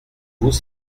vous